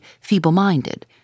feeble-minded